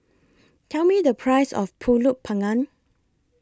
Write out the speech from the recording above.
Tell Me The Price of Pulut Panggang